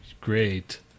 great